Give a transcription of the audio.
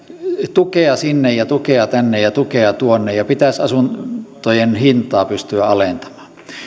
tukea sinne ja tukea tänne ja tukea tuonne ja pitäisi asuntojen hintaa pystyä alentamaan